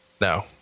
No